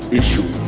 issue